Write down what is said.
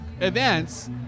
events